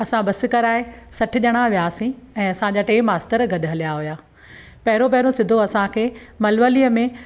असां बस कराए सठि ॼणा वियासीं ऐं असांजा टे मास्तर गॾु हलिया हुआ पहिरों पहिरों सिधो असांखे मलवलीअ में